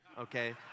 okay